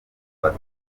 bata